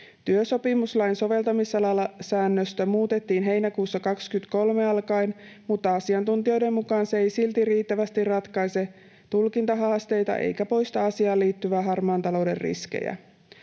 Työsopimuslain soveltamisalasäännöstä muutettiin heinäkuusta 23 alkaen, mutta asiantuntijoiden mukaan se ei silti riittävästi ratkaise tulkintahaasteita eikä poista asiaan liittyviä harmaan talouden riskejä.